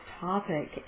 topic